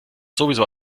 sowieso